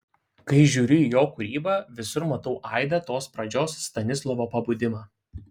kai žiūriu į jo kūrybą visur matau aidą tos pradžios stanislovo pabudimą